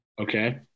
okay